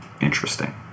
Interesting